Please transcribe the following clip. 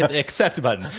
ah accept button,